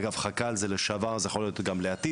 אגב ח"כל זה לשעבר זה יכול להיות גם לעתיד,